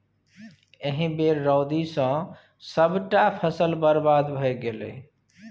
एहि बेर रौदी सँ सभटा फसल बरबाद भए गेलै